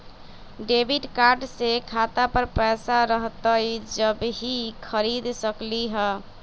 Debit card से खाता पर पैसा रहतई जब ही खरीद सकली ह?